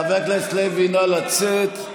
חבר הכנסת לוי, נא לצאת.